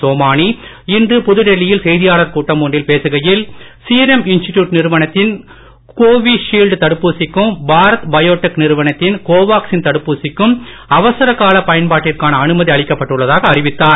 சோமானி இன்று புதுடெல்லியில் செய்தியாளர் கூட்டம் ஒன்றில் பேசுகையில் சீரம் இன்ஸ்டிடியூட் நிறுவனத்தின் கோவிஷீல்ட் தடுப்பூசிக்கும் பாரத் பயோடெக் நிறுவனத்தின் கோவாக்சின் தடுப்பூசிக்கும் அவசரகால பயன்பாட்டிற்கான அனுமதி அளிக்கப்பட்டுள்ளதாக அறிவித்தார்